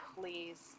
please